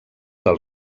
del